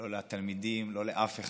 לא לתלמידים, לא לאף אחד.